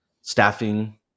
staffing